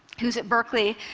who's at berkeley,